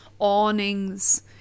awnings